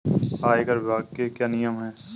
आयकर विभाग के क्या नियम हैं?